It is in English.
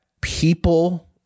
people